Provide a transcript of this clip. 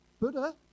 Buddha